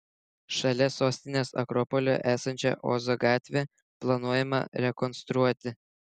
šalia sostinės akropolio esančią ozo gatvę planuojama rekonstruoti